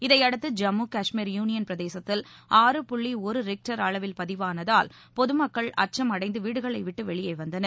இதையடுத்து ஜம்மு காஷ்மீர் யூனியன் பிரதேசத்தில் ஆறு புள்ளி ஒரு ரிக்டர் அளவில் பதிவானதால் பொதுமக்கள் அச்சம் அடைந்து வீடுகளை விட்டு வெளியே வந்தனர்